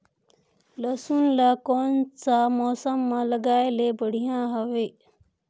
लसुन ला कोन सा मौसम मां लगाय ले बढ़िया हवे?